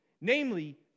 namely